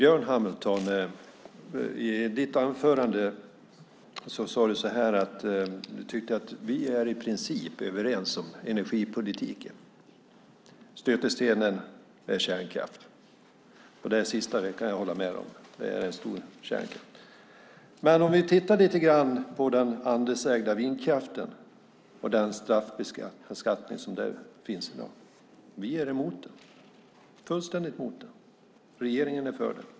Fru talman! I ditt anförande, Björn Hamilton, sade du att du tyckte att vi i princip är överens om energipolitiken. Stötestenen är kärnkraft. Det sista kan jag hålla med dig om, men det är stor skillnad. Vi kan titta lite grann på den andelsägda vindkraften och den straffbeskattning som finns i dag. Vi är emot den, fullständigt emot den. Regeringen är för den.